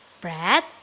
Bread